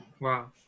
Wow